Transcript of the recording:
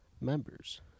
members